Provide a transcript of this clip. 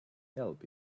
help